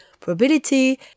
probability